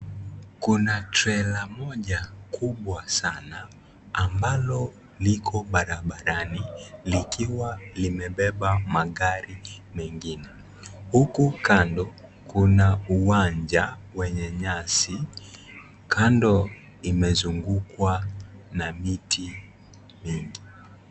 Kuna trela moja kubwa sana ambalo liko barabarani likiwa limebeba magari mengine. Huku kando, kuna uwanja wenye nyasi. Kando imezungukwa na miti mengi.